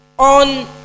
On